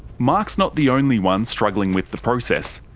mark's not the only one struggling with the process.